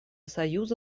союза